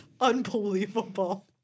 unbelievable